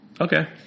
Okay